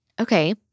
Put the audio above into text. Okay